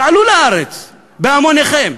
תעלו לארץ בהמוניכם,